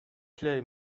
clay